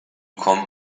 kommt